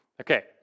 Okay